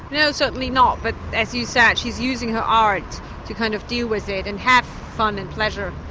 no certainly not, but as you said, she's using her art to kind of deal with it and have fun and pleasure.